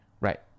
right